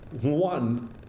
One